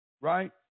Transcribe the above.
right